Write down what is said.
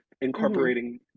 incorporating